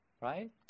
right